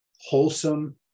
wholesome